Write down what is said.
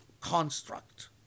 construct